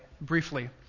briefly